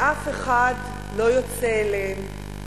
ואף אחד לא יוצא אליהם,